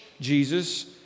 Jesus